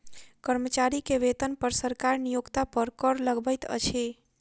कर्मचारी के वेतन पर सरकार नियोक्ता पर कर लगबैत अछि